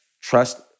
trust